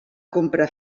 compra